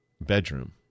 bedroom